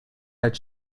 had